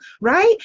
right